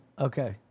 okay